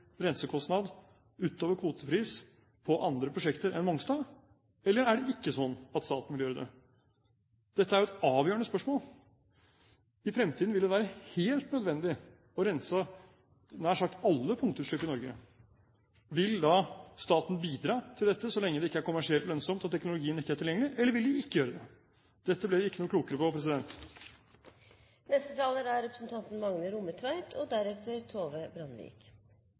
rensekostnad utover kvotepris på andre prosjekter enn Mongstad, eller er det ikke sånn at staten vil gjøre det? Dette er jo et avgjørende spørsmål. I fremtiden vil det være helt nødvendig å rense nær sagt alle punktutslipp i Norge. Vil staten bidra til dette så lenge det ikke er kommersielt lønnsomt og teknologien ikke er tilgjengelig, eller vil de ikke gjøre det? Dette ble vi ikke noe klokere på. Eg vil beklaga overfor representanten